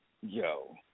Yo